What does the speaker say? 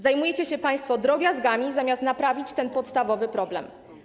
Zajmujecie się państwo drobiazgami, zamiast naprawić ten podstawowy problem.